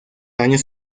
años